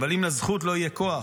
אבל אם לזכות לא יהיה כוח,